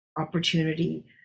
opportunity